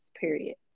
period